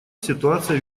ситуация